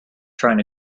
trying